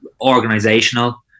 organizational –